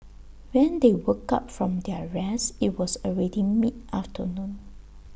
when they woke up from their rest IT was already mid afternoon